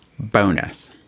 bonus